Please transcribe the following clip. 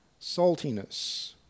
saltiness